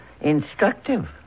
instructive